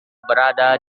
berada